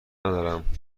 ندارم